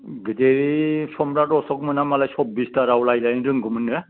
बिदि सम्राट अशकमोना मालाय सब्बिसथा राव रायलायनो रोंगौमोन नो